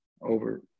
over